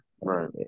Right